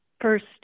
first